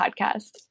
podcast